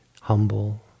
humble